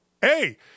Hey